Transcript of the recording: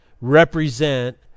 represent